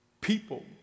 people